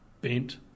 bent